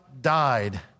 died